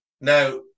Now